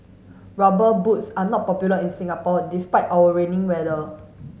rubber boots are not popular in Singapore despite our rainy weather